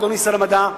אדוני שר המדע,